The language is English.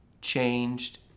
changed